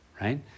Right